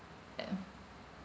at a